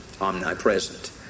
omnipresent